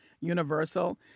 universal